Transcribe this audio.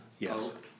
Yes